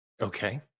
Okay